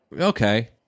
Okay